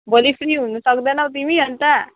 भोलि फ्री हुनु सक्दैनौ तिमी अन्त